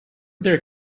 there